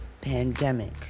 pandemic